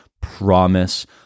promise